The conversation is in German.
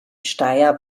steyr